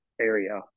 area